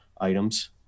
items